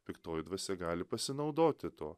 piktoji dvasia gali pasinaudoti tuo